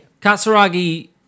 Katsuragi